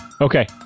Okay